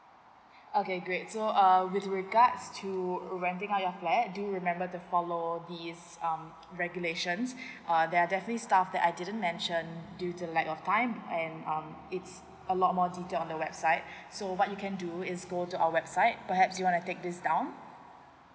okay great so uh with regards to renting out your flat do remember to follow this um regulations uh there are definitely stuff that I didn't mention due to lack of time and um it's a lot more detailed on the website so what you can do is go to our website perhaps you want to take this down